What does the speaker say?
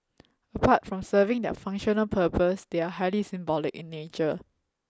apart from serving their functional purpose they are highly symbolic in nature